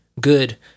good